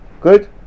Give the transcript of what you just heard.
Good